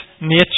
nature